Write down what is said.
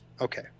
okay